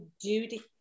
duty